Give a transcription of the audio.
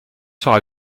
sera